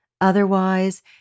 Otherwise